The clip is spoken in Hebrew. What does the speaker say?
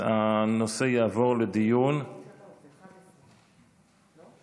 הנושא יעבור לדיון, זה 11, לא?